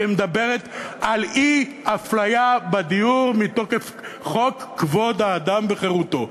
שמדברת על אי-אפליה בדיור מתוקף חוק-יסוד: כבוד האדם וחירותו?